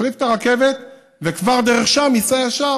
יחליף את הרכבת, ודרך שם כבר ייסע ישר,